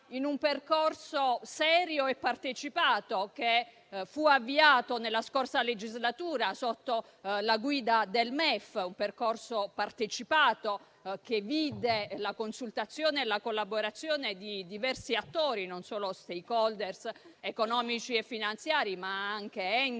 in un percorso serio e partecipato, che fu avviato nella scorsa legislatura sotto la guida del MEF. Un percorso che vide la consultazione e la collaborazione di diversi attori: non solo *stakeholder* economici e finanziari, ma anche enti